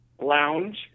Lounge